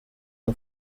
nka